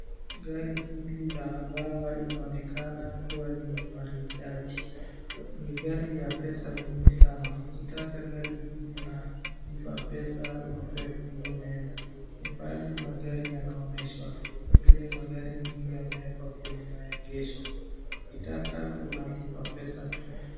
Gari hili la Rawa inaonekana kuwa ni maridadi. Ni gari ya pesa mingi sana. Ukitaka gari hii unalipa pesa unapewa kifunguo unaenda. Ni pahali magari yanaonyeshwa. Kwa vile magari mingi yamewekwa kwenye maegesho. Ukitaka unalipa pesa tu.